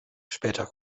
später